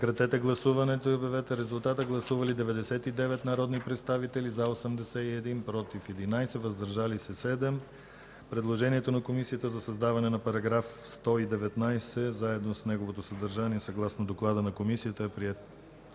заедно със съдържанието по доклада. Гласували 99 народни представители: за 81, против 11, въздържали се 7. Предложението на Комисията за създаване на § 119, заедно с неговото съдържание съгласно доклада на Комисията, е приет.